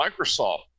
Microsoft